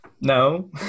No